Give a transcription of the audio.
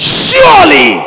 surely